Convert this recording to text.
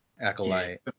Acolyte